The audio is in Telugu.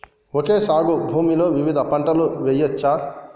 ఓకే సాగు భూమిలో వివిధ పంటలు వెయ్యచ్చా?